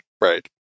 Right